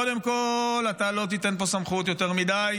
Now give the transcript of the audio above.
קודם כול, אתה לא תיתן פה סמכות יותר מדי.